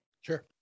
sure